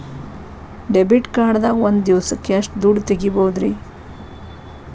Debit card ದಾಗ ಒಂದ್ ದಿವಸಕ್ಕ ಎಷ್ಟು ದುಡ್ಡ ತೆಗಿಬಹುದ್ರಿ?